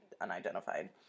unidentified